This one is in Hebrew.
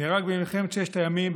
נהרג במלחמת ששת הימים,